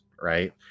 right